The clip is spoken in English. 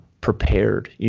prepared